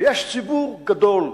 ויש ציבור גדול,